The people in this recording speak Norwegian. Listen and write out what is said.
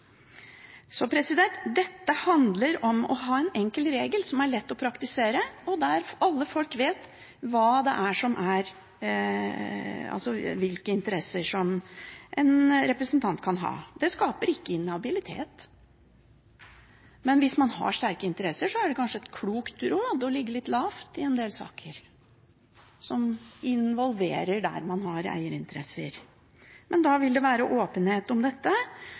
Dette handler om å ha en enkelt regel som er lett å praktisere, og der alle folk vet hvilke interesser en representant kan ha. Det skaper ikke inhabilitet. Men hvis man har sterke interesser, er det kanskje et klokt råd å ligge litt lavt i en del saker som involverer ens eierinteresser, men da vil det være åpenhet om dette,